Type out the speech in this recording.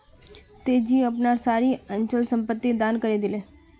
तेजी अपनार सारी अचल संपत्ति दान करे दिले